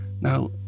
Now